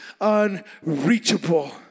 unreachable